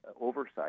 oversight